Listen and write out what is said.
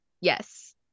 Yes